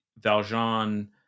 valjean